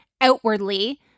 outwardly